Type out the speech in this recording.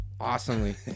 Awesomely